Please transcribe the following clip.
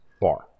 bar